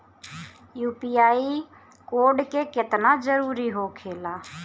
UPI code केतना जरुरी होखेला?